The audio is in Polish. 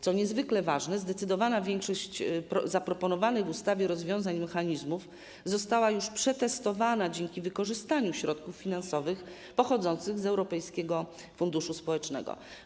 Co niezwykle ważne, zdecydowana większość zaproponowanych w ustawie rozwiązań odnośnie do mechanizmów została już przetestowana dzięki wykorzystaniu środków finansowych pochodzących z Europejskiego Funduszu Społecznego.